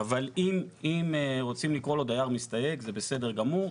אבל אם רוצים לקרוא לו דייר מסתייג, זה בסדר גמור.